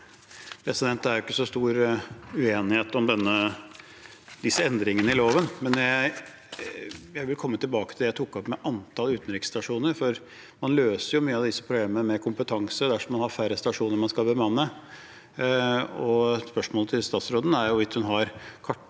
Det er ikke så stor uenighet om disse endringene i loven, men jeg vil komme tilbake til det jeg tok opp om antall utenriksstasjoner. Man løser mye av problemet med kompetanse dersom man har færre stasjoner man skal bemanne. Spørsmålet til statsråden er hvorvidt hun har kartlagt